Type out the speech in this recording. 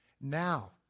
Now